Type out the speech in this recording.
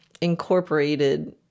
incorporated